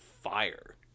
fire